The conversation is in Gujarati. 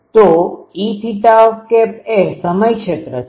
તો E એ સમય ક્ષેત્ર છે